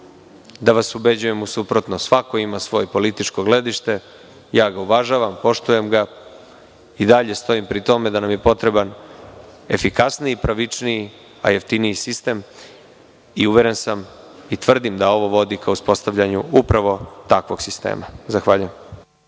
da vas ubeđujem u suprotno, svako ima svoje političko gledište, ja ga uvažavam, poštujem ga, i dalje stojim pri tome da nam je potreban efikasniji, pravičniji, a jeftiniji sistem i uveren sam i tvrdim da ovo vodi ka uspostavljanju upravo takvog sistema. Zahvaljujem.